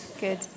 Good